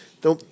Então